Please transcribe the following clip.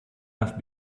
have